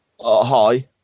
hi